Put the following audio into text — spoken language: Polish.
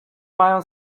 mają